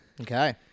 Okay